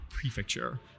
Prefecture